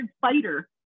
fighter